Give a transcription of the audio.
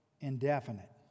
indefinite